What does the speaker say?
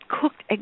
cooked